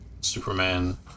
Superman